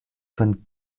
von